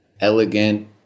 elegant